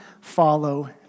follow